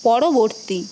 পরবর্তী